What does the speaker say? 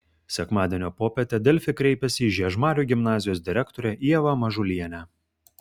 sekmadienio popietę delfi kreipėsi į žiežmarių gimnazijos direktorę ievą mažulienę